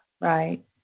Right